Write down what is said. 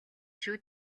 шүү